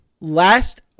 last